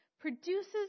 produces